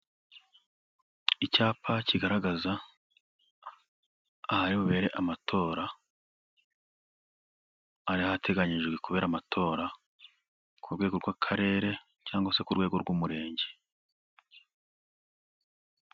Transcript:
Icyapa kigaragaza ahari bubere amatora. Ahari hateganyijwe kubera amatora ku rwego rw'Akarere cyangwa se ku rwego rw'Umurenge.